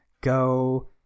Go